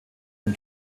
dem